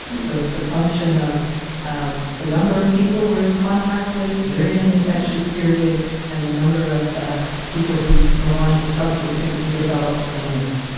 so it's a function of the number of people we're in contact with during an infection period and the number of people who go on to subsequently develop illness.